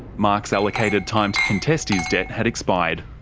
mark's allocated time to contest his debt had expired.